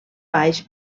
baix